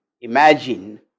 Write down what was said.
imagine